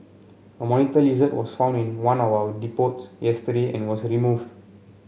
a monitor lizard was found in one of our depots yesterday and was removed